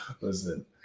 Listen